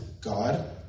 God